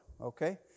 okay